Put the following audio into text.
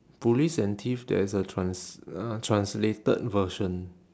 police and thief there is a trans~ uh translated version